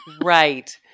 Right